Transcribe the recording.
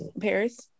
Paris